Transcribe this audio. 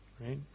right